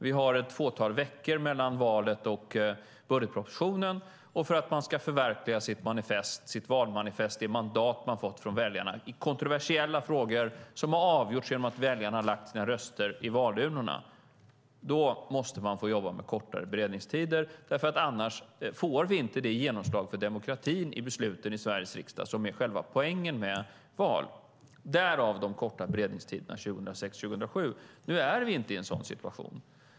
Det är ett fåtal veckor mellan valet och budgetpropositionen, och för att man ska förverkliga sitt valmanifest, det mandat man fått från väljarna i kontroversiella frågor som har avgjorts genom att väljarna har lagt sina röster i valurnorna, måste man få jobba med kortare beredningstider. Annars får vi inte det genomslag för demokratin i besluten i Sveriges riksdag som är själva poängen med val - därav de korta beredningstiderna 2006 och 2007. Nu är vi inte i en sådan situation.